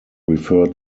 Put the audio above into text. refer